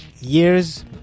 years